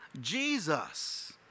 Jesus